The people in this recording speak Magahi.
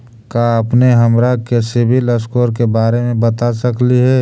का अपने हमरा के सिबिल स्कोर के बारे मे बता सकली हे?